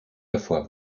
davor